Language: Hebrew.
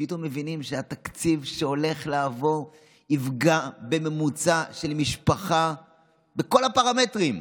פתאום מבינים שהתקציב שהולך לעבור יפגע בממוצע של המשפחה בכל הפרמטרים,